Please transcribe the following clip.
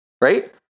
right